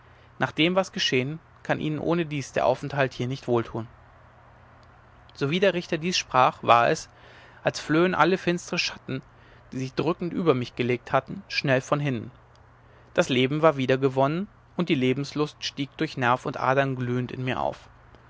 nach dem was geschehen kann ihnen ohnedies der aufenthalt hier nicht wohltun sowie der richter dieses sprach war es als flöhen alle finstre schatten die sich drückend über mich gelegt hatten schnell von hinnen das leben war wiedergewonnen und die lebenslust stieg durch nerv und adern glühend in mir auf